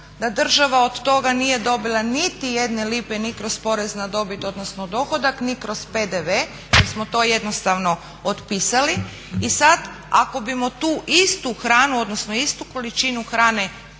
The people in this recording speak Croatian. da država od toga nije dobila niti jedne lipe ni kroz porez na dobit odnosno dohodak, ni kroz PDV jer smo to jednostavno otpisali i sad ako bismo tu istu hranu odnosno istu količinu hrane